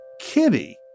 Kitty